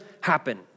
happen